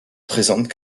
présente